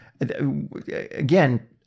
again